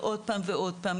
עוד פעם ועוד פעם,